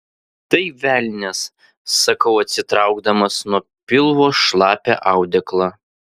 tai velnias sakau atitraukdamas nuo pilvo šlapią audeklą